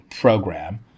program